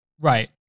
Right